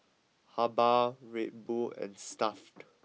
Habhal Red Bull and Stuff'd